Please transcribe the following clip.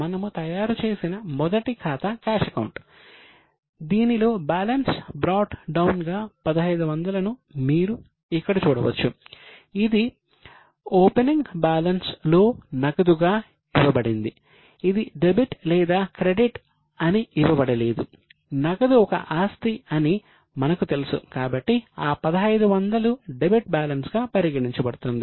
మనము తయారుచేసిన మొదటి ఖాతా క్యాష్ అకౌంట్ వైపుకు వెళ్తుంది